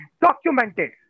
documented